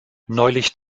neulich